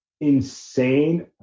insane